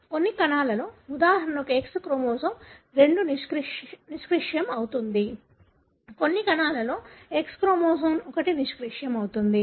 కాబట్టి కొన్ని కణాలలో ఉదాహరణకు X క్రోమోజోమ్ 2 నిష్క్రియం అవుతుంది కొన్ని కణాలలో X క్రోమోజోమ్ 1 నిష్క్రియం అవుతుంది